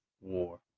war